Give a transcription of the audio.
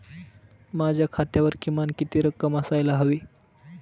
माझ्या खात्यावर किमान किती रक्कम असायला हवी?